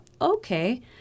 okay